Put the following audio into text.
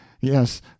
yes